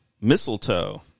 Mistletoe